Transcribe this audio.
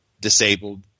Disabled